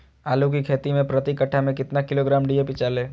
आलू की खेती मे प्रति कट्ठा में कितना किलोग्राम डी.ए.पी डाले?